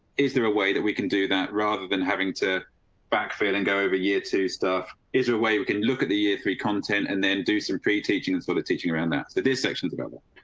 is there a way that we can do that rather than having to back feeling go over year two? stuff is a way we can look at the year three content and then do some pre teaching and sort of teaching around that. so this section is about.